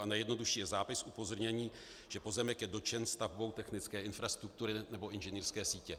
A nejjednodušší je zápis s upozorněním, že pozemek je dotčen stavbou technické infrastruktury nebo inženýrské sítě.